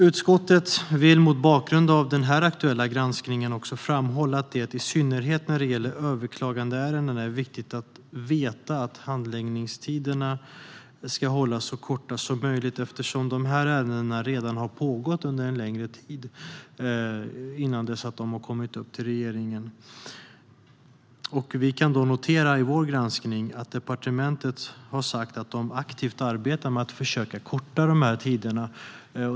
Utskottet vill mot bakgrund av den aktuella granskningen också framhålla att det, i synnerhet när det gäller överklagandeärenden, är viktigt att veta att handläggningstiderna ska hållas så korta som möjligt eftersom dessa ärenden redan pågått under en längre tid innan de kommit till regeringen. Vi noterar i vår granskning att departementet har sagt att man aktivt arbetar med att försöka korta tiderna.